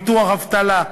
ביטוח אבטלה,